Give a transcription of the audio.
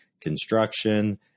construction